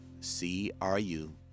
C-R-U